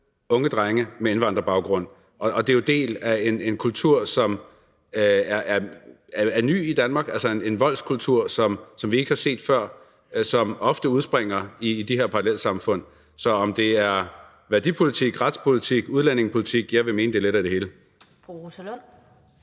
unge drenge med indvandrerbaggrund. Det er en del af en kultur, som er ny i Danmark, altså en voldskultur, som vi ikke har set før, og som ofte udspringer af de her parallelsamfund. Så er det værdipolitik, retspolitik eller udlændingepolitik? Jeg vil mene, det er lidt af det hele. Kl.